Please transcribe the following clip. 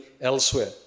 elsewhere